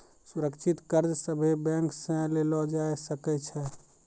सुरक्षित कर्ज सभे बैंक से लेलो जाय सकै छै